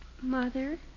Mother